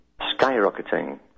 skyrocketing